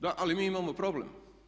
Da, ali mi imamo problem.